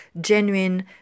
genuine